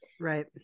Right